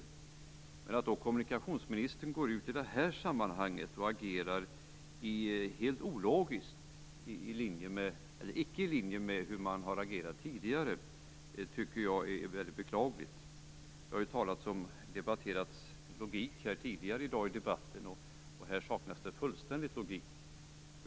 Det är beklagligt att kommunikationsministern i detta sammanhang har agerat helt ologiskt, inte i linje med tidigare agerande. Det har tidigare i dag talats om logik. Här saknas logik fullständigt.